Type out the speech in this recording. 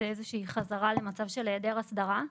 זו איזושהי חזרה למצב של היעדר הסדרה.